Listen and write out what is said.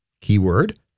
keyword